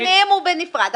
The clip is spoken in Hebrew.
הבינוניים, זה בנפרד.